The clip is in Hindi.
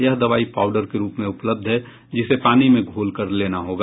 यह दवाई पाउडर के रूप में उपलब्ध है जिसे पानी में घोलकर लेना होगा